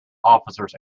officers